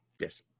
Yes